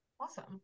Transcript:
Awesome